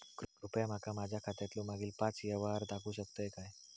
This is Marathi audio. कृपया माका माझ्या खात्यातलो मागील पाच यव्हहार दाखवु शकतय काय?